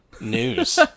News